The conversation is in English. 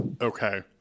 Okay